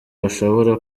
bashobora